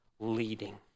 leading